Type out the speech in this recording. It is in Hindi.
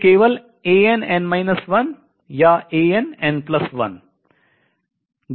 तो केवल या गैर शून्य बिंदु हैं